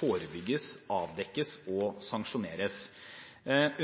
forebygges, avdekkes og sanksjoneres.